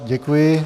Děkuji.